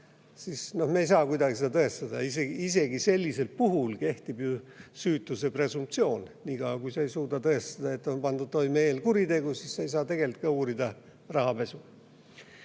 siis me ei saa kuidagi seda tõestada. Isegi sellisel puhul kehtib ju süütuse presumptsioon. Niikaua kui sa ei suuda tõestada, et on pandud toime eelkuritegu, siis sa ei saa tegelikult ka uurida rahapesu.